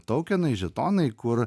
toukenai žetonai kur